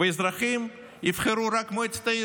ואזרחים יבחרו רק את מועצת העיר.